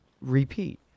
repeat